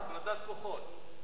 הפרדת כוחות.